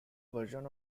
version